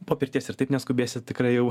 po pirties ir taip neskubėsit tikrai jau